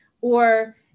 or-